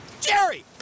Jerry